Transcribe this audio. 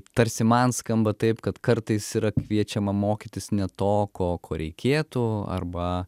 tarsi man skamba taip kad kartais yra kviečiama mokytis ne to ko ko reikėtų arba